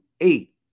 eight